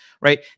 right